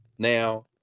Now